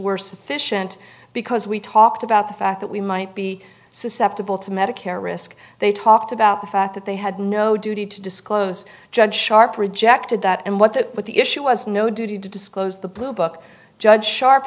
sufficient because we talked about the fact that we might be susceptible to medicare risk they talked about the fact that they had no duty to disclose judge sharp rejected that and what that what the issue was no duty to disclose the bluebook judge sharp